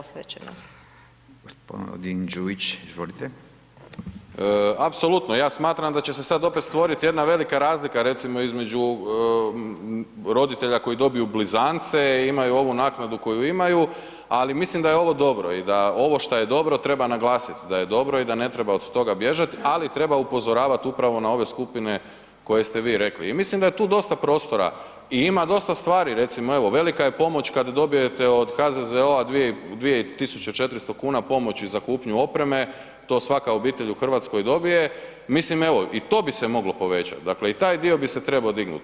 Apsolutno, ja smatram da će se sad opet stvoriti jedna velika razlika recimo između roditelja koji dobiju blizance, imaju ovu naknadu koju imaju ali mislim da je ovo dobro i da ovo što je dobro, treba naglasiti da je dobro i da ne treba od toga bježat ali treba upozoravat upravo na ove skupine koje ste vi rekli i mislim da je tu dosta prostora i ima dosta stvari, recimo evo velika je pomoć kad dobijete od HZZO-a 2400 kn pomoći za kupnju opreme, to svaka obitelj u Hrvatskoj dobije, mislim evo, i to bi se moglo povećat, dakle i taj dio bi se trebao dignut.